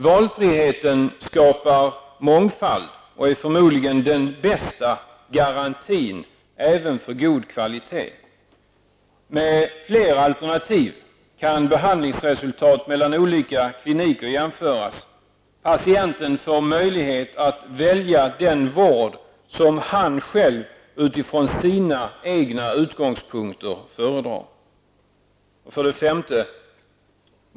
Valfriheten skapar mångfald och är förmodligen den bästa garantin också för en god kvalitet. Med fler alternativ kan behandlingsresultat från olika kliniker jämföras. Patienten får möjlighet att välja den vård som han själv -- utifrån sina egna utgångspunkter -- föredrar. 5.